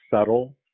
subtle